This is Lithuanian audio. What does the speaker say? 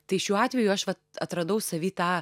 tai šiuo atveju aš vat atradau savy tą